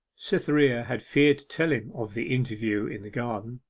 cytherea had feared to tell him of the interview in the garden.